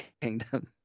Kingdom